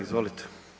Izvolite.